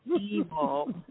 evil